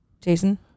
Jason